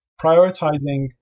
prioritizing